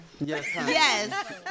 Yes